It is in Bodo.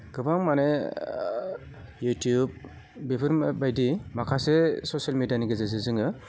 गोबां माने युटुब बेफोरबायदि माखासे ससियेल मिडियानि गेजेरजों जोङो